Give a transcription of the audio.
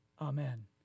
Amen